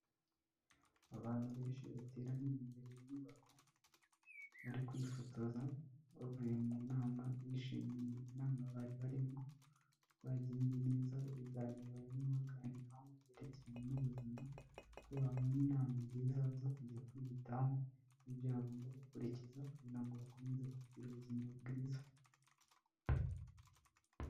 Abantu benshi bateraniye imbere y'inyubako bari kwifotoza bavuye mu nama bishimiye inama bari barimo bagenze neza ibiganiro bamo baganiraho byerekeranye n'ubuzima ko babonye inama nziza zo kujya kwihitamo n'ibyo bagomba gukurikiza kugira ngo bakomeze kugira ubuzima bwiza.